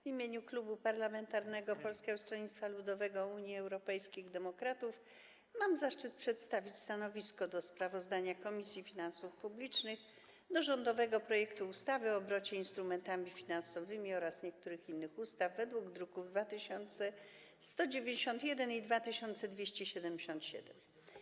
W imieniu klubu parlamentarnego Polskiego Stronnictwa Ludowego - Unii Europejskich Demokratów mam zaszczyt przedstawić stanowisko co do sprawozdania Komisji Finansów Publicznych o rządowym projekcie ustawy o zmianie ustawy o obrocie instrumentami finansowymi oraz niektórych innych ustaw, druki nr 2191 i 2277.